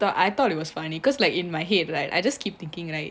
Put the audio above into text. thought I thought it was funny cause like in my head like I just keep thinking right